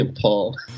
Paul